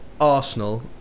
Arsenal